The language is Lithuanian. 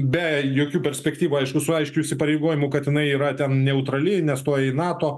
be jokių perspektyvų su aiškiu įsipareigojimu kad jinai yra ten neutrali nestoja į nato